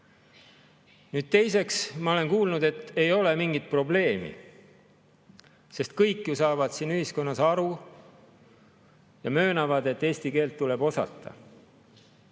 ära. Teiseks, ma olen kuulnud, et ei ole mingit probleemi, sest kõik ju saavad siin ühiskonnas aru ja möönavad, et eesti keelt tuleb osata.